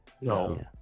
no